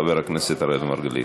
חבר הכנסת אראל מרגלית.